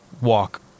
walk